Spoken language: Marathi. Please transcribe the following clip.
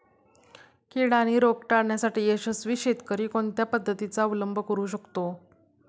कीड आणि रोग टाळण्यासाठी यशस्वी शेतकरी कोणत्या पद्धतींचा अवलंब करू शकतो?